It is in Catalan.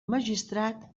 magistrat